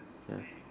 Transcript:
ya